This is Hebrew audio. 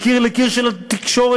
מקיר לקיר של התקשורת,